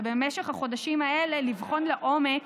ובמשך החודשים האלה לבחון לעומק